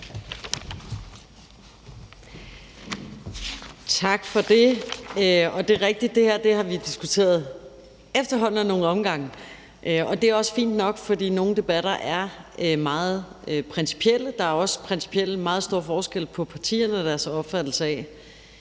Tak for det. Det er rigtigt, at det her har vi diskuteret efterhånden ad nogle omgange, og det er også fint nok, for nogle debatter er meget principielle. Der er også principielt meget store forskelle på partierne og deres opfattelse af